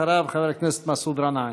אחריו, חבר הכנסת מסעוד גנאים.